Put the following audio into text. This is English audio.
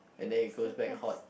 and then it goes back hot